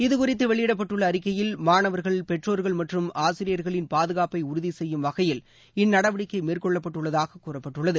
இதுகறித்துவெளியிடப்பட்டுள்ள அறிக்கையில் மாணவர்கள் பெற்றோர்கள் மற்றம் ஆசிரியர்களின் பாதுகாப்பைஉறுதிசெய்யும் வகையில் இந்நடவடிக்கைமேற்கொள்ளப்பட்டுள்ளதாககூறப்பட்டுள்ளது